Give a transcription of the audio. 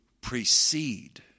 precede